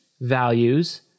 values